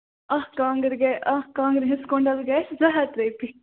اَکھ کانٛگٕر گٔے اَکھ کانٛگٕرِ ہٕنٛز کۄنٛڈل گَژھِ زٕ ہَتھ رۄپیہِ